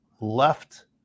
left